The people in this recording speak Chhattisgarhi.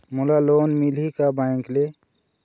मोला लोन मिलही का बैंक ले?